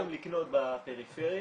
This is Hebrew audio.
אפשר היום לקנות בפריפריה,